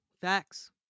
facts